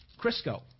Crisco